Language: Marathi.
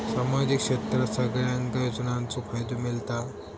सामाजिक क्षेत्रात सगल्यांका योजनाचो फायदो मेलता?